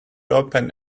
open